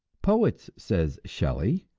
poets, says shelley,